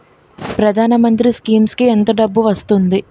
ప్రధాన మంత్రి స్కీమ్స్ కీ ఎంత డబ్బు వస్తుంది?